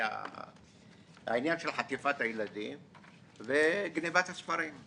העניין של חטיפת הילדים וגניבת הספרים.